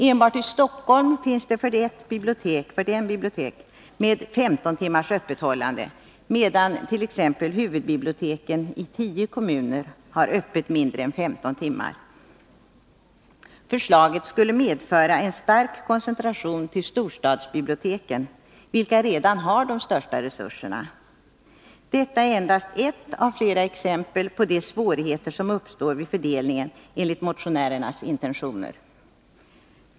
Enbart i Stockholm finns det 41 bibliotek med 15 timmars öppethållande, medan t.ex. huvudbiblioteken i tio kommuner har öppet mindre än 15 timmar. Förslaget skulle medföra en stark koncentration till storstadsbiblioteken, vilka redan har de största resurserna. Detta är endast ett av flera exempel på de svårigheter som uppstår vid en fördelning enligt motionärernas intentioner.